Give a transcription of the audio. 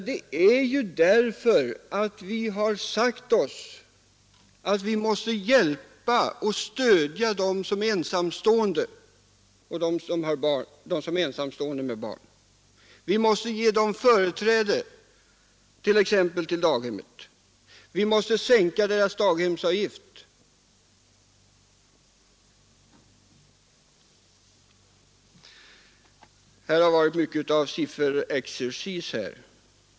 Det är ju därför att vi har sagt oss att vi måste hjälpa och stödja ensamstående med barn. Vi måste ge dem företräde t.ex. till daghemmet. Vi måste sänka deras daghemsavgift. Här har varit mycket av sifferexercis.